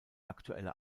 aktuelle